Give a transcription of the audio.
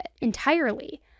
entirely